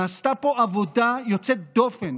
נעשתה פה עבודה יוצאת דופן,